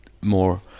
more